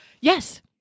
Yes